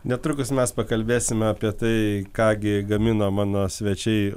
netrukus mes pakalbėsime apie tai ką gi gamino mano svečiai